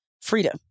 freedom